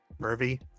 Mervy